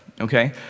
okay